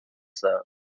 spicer